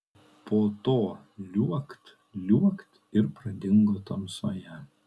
po to liuokt liuokt ir pradingo tamsoje